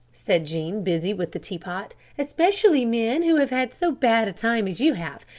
said jean busy with the teapot, especially men who have had so bad a time as you have.